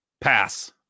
Pass